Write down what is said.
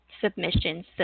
submissions